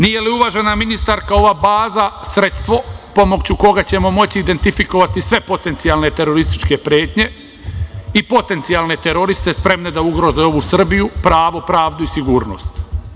Nije li uvažena ministarka ova baza sredstvo pomoću koga ćemo moći identifikovati sve potencijalne terorističke pretnje i potencijalne teroriste, spremne da ugroze ovu Srbiju, pravo, pravdu i sigurnost?